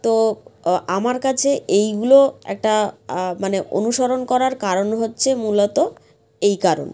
তো আমার কাছে এইগুলো একটা মানে অনুসরণ করার কারণ হচ্ছে মূলত এই কারণ